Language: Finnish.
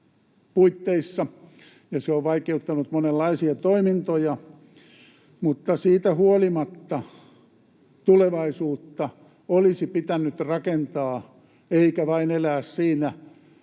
puitteissa ja se on vaikeuttanut monenlaisia toimintoja, mutta siitä huolimatta tulevaisuutta olisi pitänyt rakentaa eikä elää vain